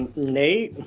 nate,